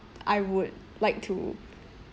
I would like to